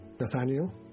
Nathaniel